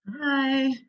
Hi